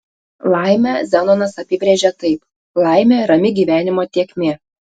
laimę zenonas apibrėžė taip laimė rami gyvenimo tėkmė